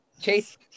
Chase